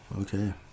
Okay